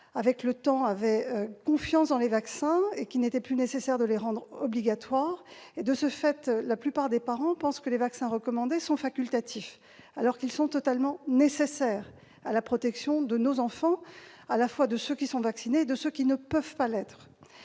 avec le temps, dans les vaccins et qu'il n'était plus nécessaire de les rendre obligatoires. Ainsi, la plupart des parents pensent que les vaccins recommandés sont facultatifs, alors qu'ils sont totalement nécessaires à la protection de nos enfants, ceux qui peuvent être vaccinés et ceux qui ne peuvent pas l'être.